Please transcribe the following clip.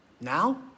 Now